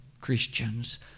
Christians